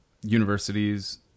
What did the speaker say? universities